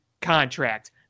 contract